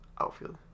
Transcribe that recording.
Outfield